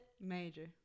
major